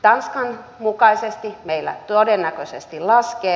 tanskan mukaisesti meillä todennäköisesti laskee